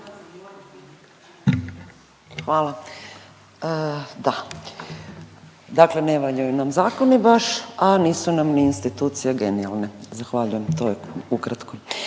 Hvala. Da, dakle ne valjalu nam zakoni baš, a nisu nam ni institucije genijalne. Zahvaljujem, to je ukratko,